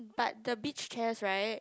but the beach chairs right